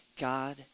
God